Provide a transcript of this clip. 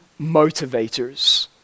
motivators